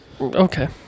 Okay